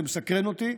זה מסקרן אותי,